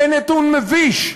זה נתון מביש.